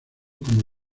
como